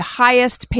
highest